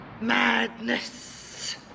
Madness